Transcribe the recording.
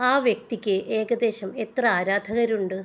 ആ വ്യക്തിക്ക് ഏകദേശം എത്ര ആരാധകരുണ്ട്